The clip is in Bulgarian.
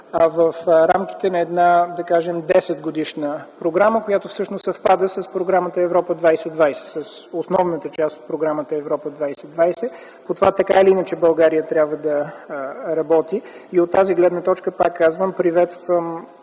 в рамките на една, да кажем, десетгодишна програма, която всъщност съвпада с основната част на Програмата „Европа 2020”. По това, така или иначе, България трябва да работи и от тази гледна точка, пак казвам, приветствам